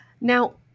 Now